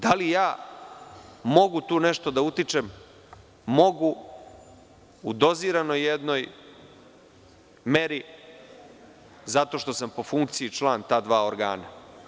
Da li ja mogu tu nešto da utičem, mogu u doziranoj jednoj meri zato što sam po funkciji član ta dva organa.